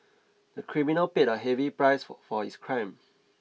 the criminal paid a heavy price for his crime